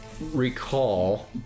recall